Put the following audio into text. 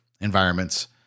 environments